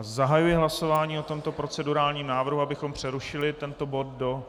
Zahajuji hlasování o tomto procedurálním návrhu, abychom přerušili tento bod do...